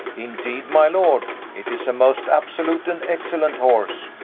indeed my lord, it is a most absolute and excellent horse